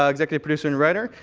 um executive producer and writer,